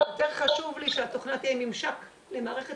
יותר חשוב לי שהתוכנה תהיה עם ממשק למערכת